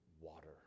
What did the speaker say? water